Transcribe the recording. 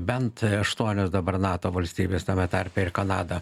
bent aštuonios dabar nato valstybės tame tarpe ir kanada